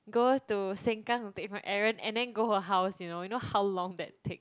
go to Sengkang to take from Aaron and then go her house you know you know how long that take